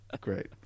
Great